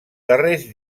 darrers